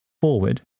forward